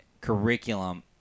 curriculum